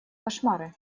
кошмары